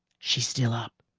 she's still up,